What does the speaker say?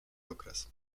okres